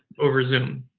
over zoom.